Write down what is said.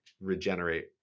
regenerate